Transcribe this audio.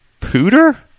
Pooter